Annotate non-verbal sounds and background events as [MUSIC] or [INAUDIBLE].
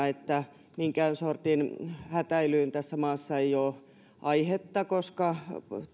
[UNINTELLIGIBLE] että minkään sortin hätäilyyn tässä maassa ei ole aihetta koska